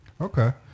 Okay